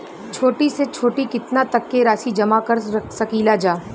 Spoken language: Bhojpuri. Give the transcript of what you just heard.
छोटी से छोटी कितना तक के राशि जमा कर सकीलाजा?